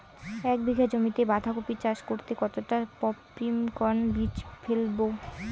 এক বিঘা জমিতে বাধাকপি চাষ করতে কতটা পপ্রীমকন বীজ ফেলবো?